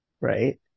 right